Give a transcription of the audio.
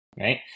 right